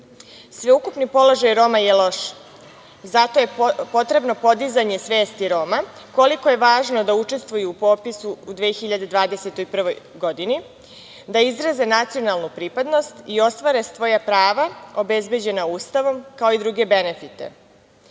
EU.Sveukupni položaj Roma je loš. Zato je potrebno podizanje svesti Roma koliko je važno da učestvuju u popisu u 2021. godini, da izraze nacionalnu pripadnost i ostvare svoja prava obezbeđena Ustavom, kao i druge benefite. Što